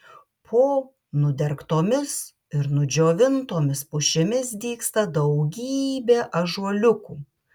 po nudergtomis ir nudžiovintomis pušimis dygsta daugybė ąžuoliukų